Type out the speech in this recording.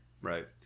Right